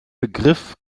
begriff